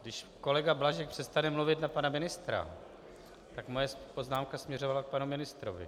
Když kolega Blažek přestane mluvit na pana ministra, tak moje poznámka směřovala k panu ministrovi...